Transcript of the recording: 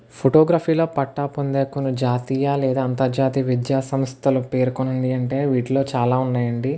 ఫోటోగ్రఫీలో పట్టా పొందే కొన్ని జాతీయ లేదా అంతర్జాతీయ విద్యాసంస్థలు పేర్కొనండి అంటే వీటిలో చాలా ఉన్నాయండి